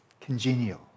congenial